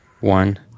one